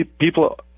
people